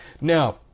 Now